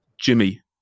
Jimmy